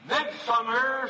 Midsummer